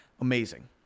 amazing